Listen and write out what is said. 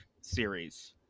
series